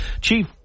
Chief